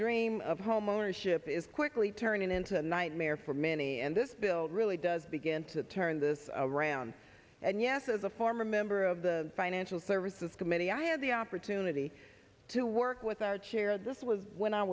dream of homeownership is quickly turning into a nightmare for many and this bill really does begin to turn this around and yes as a former member of the financial services committee i had the opportunity to work with our chair this was when i